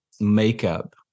makeup